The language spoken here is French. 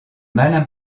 malin